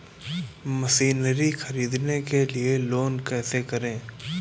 Machinery ख़रीदने के लिए लोन कैसे करें?